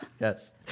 Yes